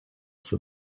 for